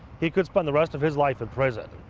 he could spend the rest of his life in prison.